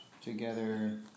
together